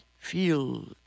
Feel